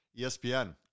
ESPN